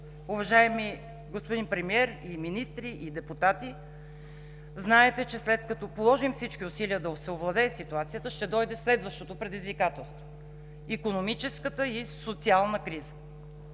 Уважаеми господин Премиер, министри и депутати, знаете, че след като положим всички усилия да се овладее ситуацията, ще дойде следващото предизвикателство – икономическата и социалната криза.